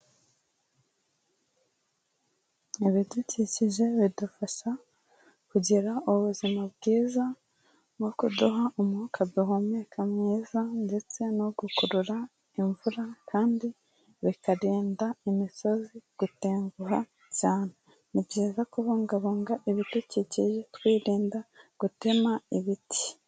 Ibidukikije bidufasha kugira ubuzima bwiza nko kuduha umwuka duhumeka mwiza ndetse no gukurura imvura, kandi bikarinda imisozi gutenguha cyane, ni byiza kubungabunga ibidukikije twirinda gutema ibiti.